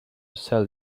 sell